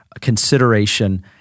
consideration